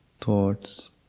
thoughts